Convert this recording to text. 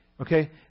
Okay